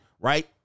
right